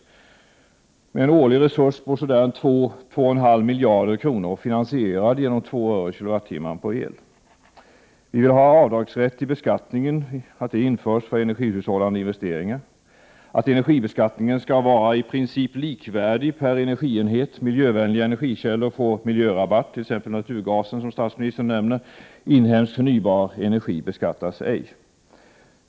Vi föreslår således 2-2,5 miljarder finansierade genom 2 öre per kWh på el. Vi vill att avdragsrätt vid beskattning införs för energihushållande investeringar, att energibeskattningen i princip skall vara likvärdig per energienhet, att miljövänliga energikällor får miljörabatt, t.ex. naturgas som statsministern också nämnde, och att inhemska förnybara energislag ej beskattas.